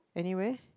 anywhere